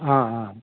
অঁ অঁ